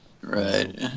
right